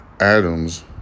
Adams